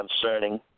concerning